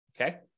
okay